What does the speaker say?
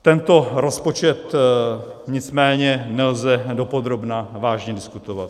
Tento rozpočet nicméně nelze dopodrobna vážně diskutovat.